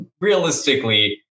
realistically